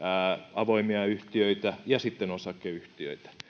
avoimia yhtiöitä ja sitten osakeyhtiöitä